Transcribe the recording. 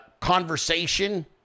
conversation